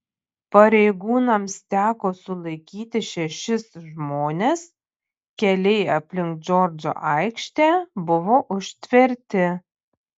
pareigūnams teko sulaikyti šešis žmones keliai aplink džordžo aikštę buvo užtverti